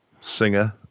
singer